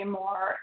more